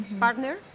partner